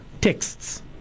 texts